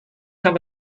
have